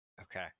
okay